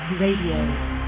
Radio